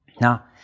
Now